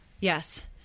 Yes